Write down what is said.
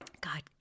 god